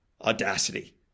audacity